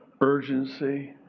urgency